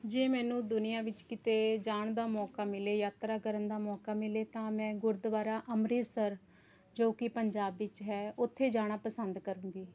ਜੇ ਮੈਨੂੰ ਦੁਨੀਆਂ ਵਿੱਚ ਕਿਤੇ ਜਾਣ ਦਾ ਮੌਕਾ ਮਿਲੇ ਯਾਤਰਾ ਕਰਨ ਦਾ ਮੌਕਾ ਮਿਲੇ ਤਾਂ ਮੈਂ ਗੁਰਦੁਆਰਾ ਅੰਮ੍ਰਿਤਸਰ ਜੋ ਕਿ ਪੰਜਾਬ ਵਿੱਚ ਹੈ ਉੱਥੇ ਜਾਣਾ ਪਸੰਦ ਕਰਾਂਗੀ